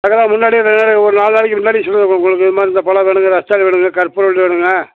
அதெல்லாம் முன்னாடி ஒரு நாலு நாளைக்கு முன்னாடியே சொல்லிடுவோங்க உங்களுக்கு இது மாதிரி இந்தப் பழம் வேணுங்க ரஸ்தாளி வேணுங்க கற்பூரவல்லி வேணுங்க